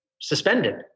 suspended